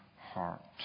heart